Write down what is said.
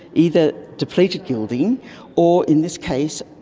either depleted gilding or, in this case,